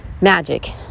magic